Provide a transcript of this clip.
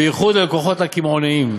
בייחוד ללקוחות הקמעונאיים,